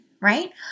right